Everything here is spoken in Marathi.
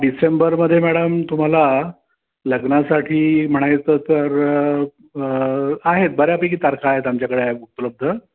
डिसेंबरमध्ये मॅडम तुम्हाला लग्नासाठी म्हणायचं तर आहेत बऱ्यापैकी तारखा आहेत आमच्याकडे उपलब्ध